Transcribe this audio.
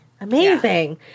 Amazing